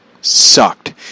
sucked